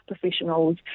professionals